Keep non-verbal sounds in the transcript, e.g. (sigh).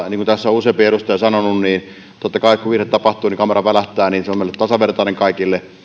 (unintelligible) niin kuin tässä on useampi edustaja sanonut niin totta kai kun virhe tapahtuu niin kamera välähtää se on tasavertainen meille kaikille kyllä